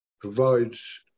provides